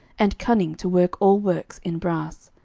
and cunning to work all works in brass.